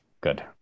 Good